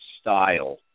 style